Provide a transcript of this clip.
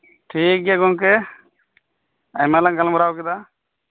ᱴᱷᱤᱠ ᱜᱮᱭᱟ ᱜᱚᱢᱠᱮ ᱟᱭᱢᱟᱞᱟᱝ ᱜᱟᱞᱢᱟᱨᱟᱣ ᱠᱮᱫᱟ